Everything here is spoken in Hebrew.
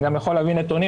אני גם יכול להביא נתונים,